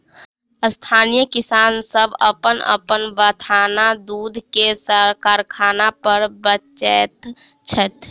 स्थानीय किसान सभ अपन अपन बथानक दूध के कारखाना पर बेचैत छथि